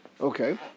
Okay